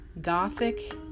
gothic